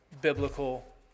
biblical